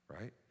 right